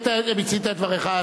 מיצית את דבריך.